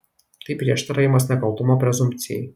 tai prieštaravimas nekaltumo prezumpcijai